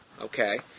Okay